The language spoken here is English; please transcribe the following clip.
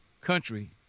country